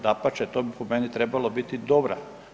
Dapače to bi po meni trebalo biti dobra.